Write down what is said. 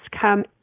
come